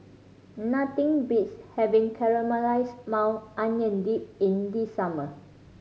nothing beats having Caramelized Maui Onion Dip in summer